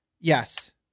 Yes